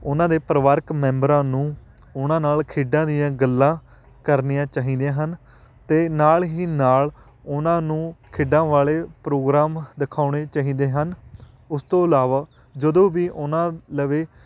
ਉਹਨਾਂ ਦੇ ਪਰਿਵਾਰਕ ਮੈਂਬਰਾਂ ਨੂੰ ਉਹਨਾਂ ਨਾਲ਼ ਖੇਡਾਂ ਦੀਆਂ ਗੱਲਾਂ ਕਰਨੀਆਂ ਚਾਹੀਦੀਆਂ ਹਨ ਅਤੇ ਨਾਲ਼ ਹੀ ਨਾਲ਼ ਉਹਨਾਂ ਨੂੰ ਖੇਡਾਂ ਵਾਲੇ ਪ੍ਰੋਗਰਾਮ ਦਿਖਾਉਣੇ ਚਾਹੀਦੇ ਹਨ ਉਸ ਤੋਂ ਇਲਾਵਾ ਜਦੋਂ ਵੀ ਉਹਨਾਂ ਲਵੇ